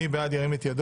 מי בעד, ירים את ידו?